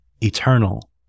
Eternal